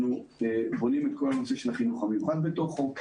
אנחנו בונים את כל נושא החינוך המיוחד בתוכו.